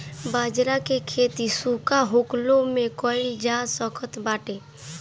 बजरा के खेती सुखा होखलो में कइल जा सकत बाटे